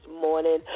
morning